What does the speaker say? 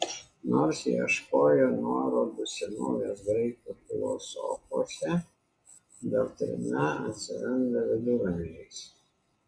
nors ieškojo nuorodų senovės graikų filosofuose doktrina atsiranda viduramžiais